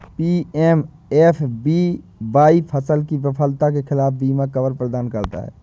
PMFBY फसल की विफलता के खिलाफ बीमा कवर प्रदान करता है